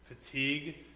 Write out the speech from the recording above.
fatigue